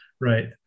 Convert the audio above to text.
Right